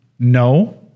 No